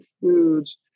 foods